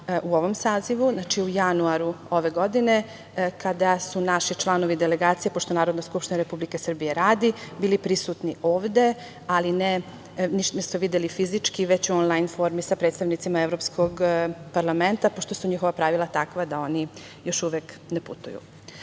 u ovom sazivu u januaru ove godine, kada su naši članovi delegacija, pošto Narodna skupština Republike Srbije radi, bili prisutni ovde, ali se nisu videli fizički, već u onlajn formi sa predstavnicima Evropskog parlamenta, pošto su njihova pravila takva da oni još uvek ne putuju. Praksa